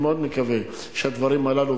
אני מאוד מקווה שהדברים הללו,